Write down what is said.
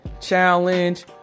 challenge